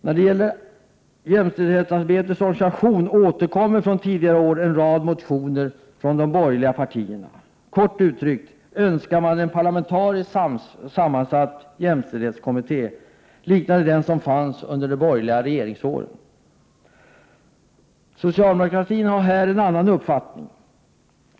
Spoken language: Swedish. När det gäller jämställdhetsarbetets organisation återkommer från tidigare år en rad motioner från de borgerliga partierna. Kort uttryckt önskar man en parlamentariskt sammansatt jämställdhetskommitté liknande den som fanns under de borgerliga regeringsåren. Socialdemokratin har här en annan uppfattning.